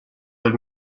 del